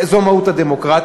זו מהות הדמוקרטיה,